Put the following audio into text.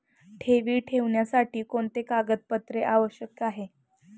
ठेवी ठेवण्यासाठी कोणते कागदपत्रे आवश्यक आहे?